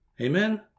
amen